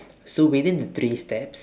so within the three steps